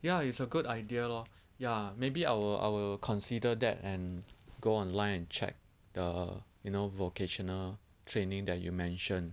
ya it's a good idea lor ya maybe I will I will consider that and go online check the you know vocational training that you mention